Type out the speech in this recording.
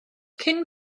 cyn